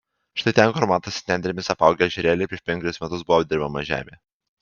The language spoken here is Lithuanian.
štai ten kur matosi nendrėmis apaugę ežerėliai prieš penkerius metus buvo dirbama žemė